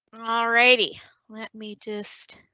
already let me just.